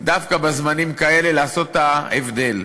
דווקא בזמנים כאלה לעשות את ההבדל: